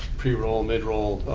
pre-roll, mid-roll,